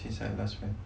since I last went